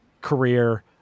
career